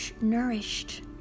nourished